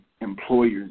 employer's